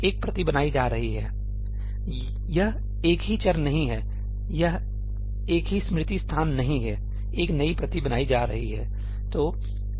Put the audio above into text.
एक प्रति बनाई जा रही है यह एक ही चर नहीं है यह एक ही स्मृति स्थान नहीं है एक नई प्रति बनाई जा रही है